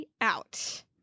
out